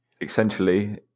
essentially